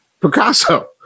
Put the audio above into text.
Picasso